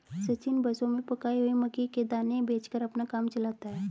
सचिन बसों में पकाई हुई मक्की के दाने बेचकर अपना काम चलाता है